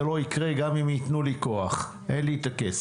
זה לא יקרה גם אם יתנו לי כוחך כי אין לי את הכסף.